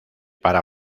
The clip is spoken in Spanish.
para